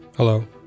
Hello